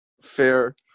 Fair